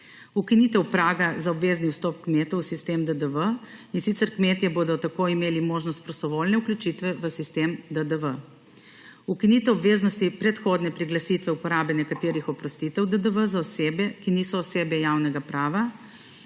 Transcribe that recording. ukinitev praga za obvezni vstop kmetov v sistem DDV, in sicer kmetje bodo tako imeli možnost prostovoljne vključitve v sistem DDV; ukinitev obveznosti predhodne priglasitve uporabe nekaterih oprostitev DDV za osebe, ki niso osebe javnega prava,